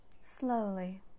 Slowly